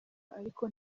ariko